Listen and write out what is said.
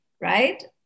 right